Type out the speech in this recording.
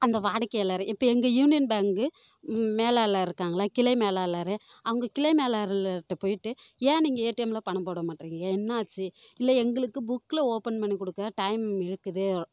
அந்த வாடிக்கையாளர் இப்போது எங்கள் யூனியன் பேங்கு மேலாளர் இருக்காங்கள்லை கிளை மேலாளர் அவங்க கிளை மேலாளர்ட போய்ட்டு ஏன் நீங்கள் ஏடிஎம்மில் பணம் போட மாட்டுறீங்க என்ன ஆச்சு இல்லை எங்களுக்கு புக்கில் ஓப்பன் பண்ணி கொடுக்க டைம் எடுக்குது